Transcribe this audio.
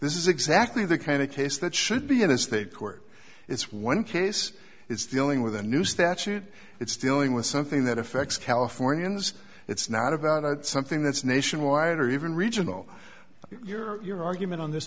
this is exactly the kind of case that should be in a state court it's one case it's dealing with a new statute it's dealing with something that affects californians it's not about something that's nationwide or even regional your argument on this